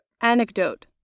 Anecdote